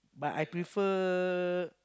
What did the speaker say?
but I prefer